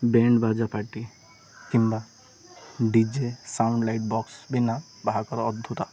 band ବାଜା party କିମ୍ବା D J sound light box ବିନା ବାହାଘର ଅଧୁରା